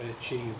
achieve